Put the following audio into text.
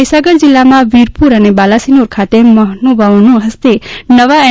મહીસાગર જિલ્લામાં વિરપુર અને બાલાસિનોર ખાતેથી મહાનુભાવોના હસ્તે નવા એન